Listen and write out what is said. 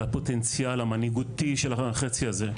על הפוטנציאל המנהיגותי של החצי הזה,